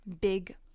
big